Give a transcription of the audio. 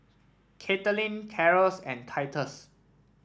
Katelin Caro and Titus